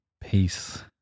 peace